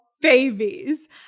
babies